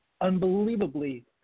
unbelievably